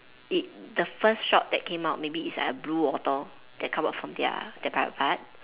it the first shot that came out maybe is like a blue water that come out from their their private part